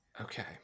okay